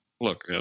Look